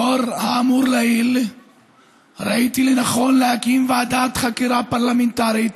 לאור האמור לעיל ראיתי לנכון להקים ועדת חקירה פרלמנטרית